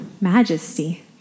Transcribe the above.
majesty